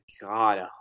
God